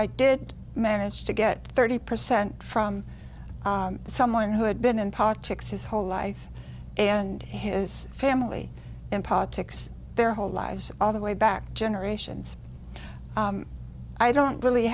i did manage to get thirty percent from someone who had been in politics his whole life and his family and politics their whole lives all the way back generations i don't really